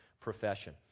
profession